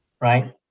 Right